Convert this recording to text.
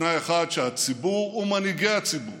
בתנאי אחד: שהציבור ומנהיגי הציבור